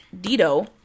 Dido